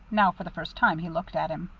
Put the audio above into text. now for the first time he looked at him.